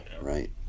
right